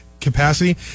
capacity